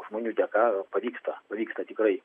žmonių dėka pavyksta pavyksta tikrai